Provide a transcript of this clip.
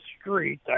street